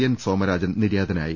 N Somarajan നിര്യാതനാ യി